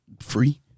free